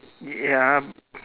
ya